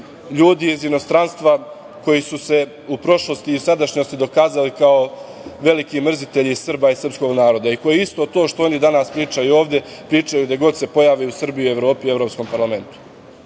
ljudi iz inostranstva koji su se u prošlosti i sadašnjosti dokazali kao veliki mrzitelji Srba i srpskog naroda i koji isto to što oni danas pričaju ovde pričaju gde god se pojave u Srbiji, u Evropi, u Evropskom parlamentu. Imate